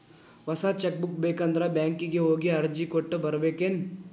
ಹೊಸ cheque book ಬೇಕಂದ್ರ ಬ್ಯಾಂಕಿಗೆ ಹೋಗಿ ಅರ್ಜಿ ಕೊಟ್ಟ ಬರ್ಬೇಕೇನ್